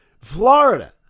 Florida